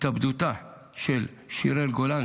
ההתאבדות של שיראל גולן,